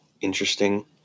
Interesting